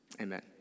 amen